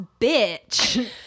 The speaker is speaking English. bitch